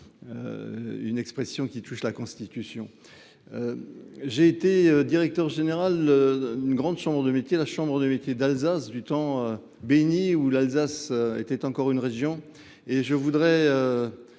une expression consacrée initialement à la Constitution. J’ai été directeur général d’une grande chambre de métiers, la chambre de métiers d’Alsace, au temps béni où l’Alsace était encore une région, et je voudrais